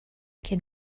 can